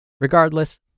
Regardless